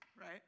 right